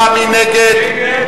לשנת הכספים 2011, לא נתקבלה.